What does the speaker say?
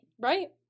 right